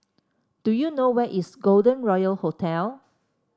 do you know where is Golden Royal Hotel